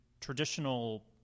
traditional